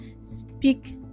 speak